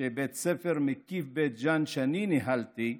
שבית הספר המקיף בית ג'ן, שאני ניהלתי,